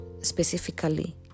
specifically